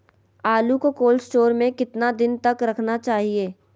आलू को cold store में कितना दिन तक रखना चाहिए?